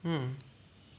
mm